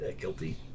guilty